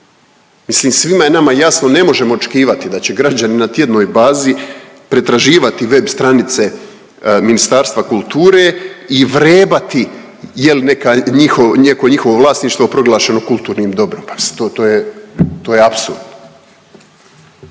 Mislim svima je nama jasno ne možemo očekivati da će građani na tjednoj bazi pretraživati web stranice Ministarstva kulture i vrebati jel' neko njihovo vlasništvo proglašeno kulturnim dobrom. Pa mislim